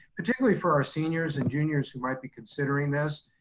particularly for our seniors and juniors who might be considering this.